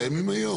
קיימים היום.